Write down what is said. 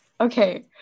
okay